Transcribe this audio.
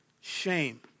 shame